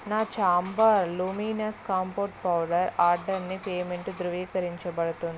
నా Chambor luminous compact powder ఆర్డర్కి payment ధ్రువీకరించబడుతుందా